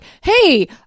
hey